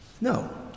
No